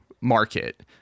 market